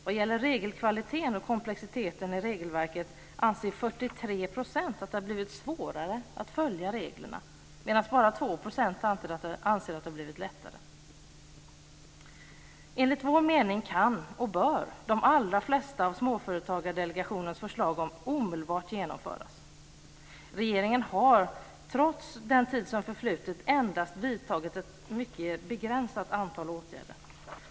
Vad gäller regelkvaliteten och komplexiteten i regelverket anser 43 % att det har blivit svårare att följa reglerna medan bara 2 % anser att det har blivit lättare. Enligt vår mening kan och bör de allra flesta av Småföretagsdelegationens förslag omedelbart genomföras. Regeringen har trots den tid som förflutit endast vidtagit ett mycket begränsat antal åtgärder.